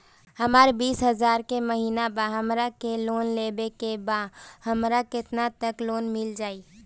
हमर बिस हजार के महिना बा हमरा के लोन लेबे के बा हमरा केतना तक लोन मिल जाई?